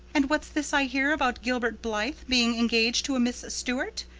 and what's this i hear about gilbert blythe being engaged to a miss stuart?